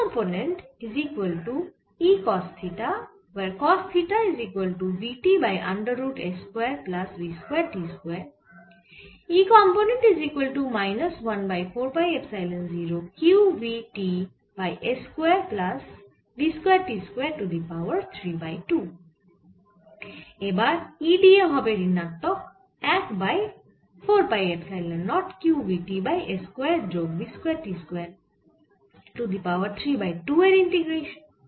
এবার E d a হবে ঋণাত্মক 1 by 4 pi epsilon naught q v t by s square যোগ v square t square to the power 3 বাই 2 এর integration